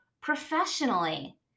professionally